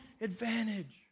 advantage